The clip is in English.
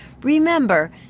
Remember